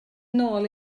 nôl